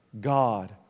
God